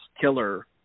killer